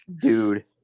Dude